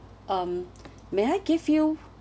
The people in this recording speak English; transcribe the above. um may I give you